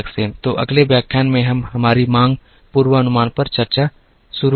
तो अगले व्याख्यान में हम हमारी मांग पूर्वानुमान पर चर्चा शुरू करेंगे